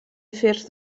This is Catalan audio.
afers